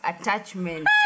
attachment